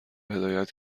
هدایت